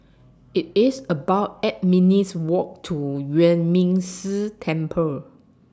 IT IS about eight minutes' Walk to Yuan Ming Si Temple